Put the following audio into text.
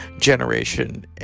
generation